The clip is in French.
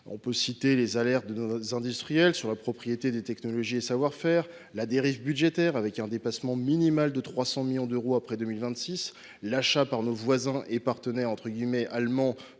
On peut citer les alertes de nos industriels sur la propriété des technologies et des savoir faire, la dérive budgétaire, avec un dépassement minimal de 300 millions d’euros après 2026, l’achat par nos voisins et « partenaires » allemands